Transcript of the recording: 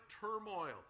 turmoil